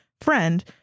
friend